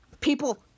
people